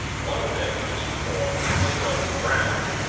one of them, he was informed, was known as brown,